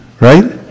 Right